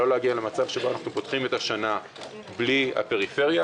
לא להגיע למצב שבו אנו פותחים את השנה ללא הפריפריה.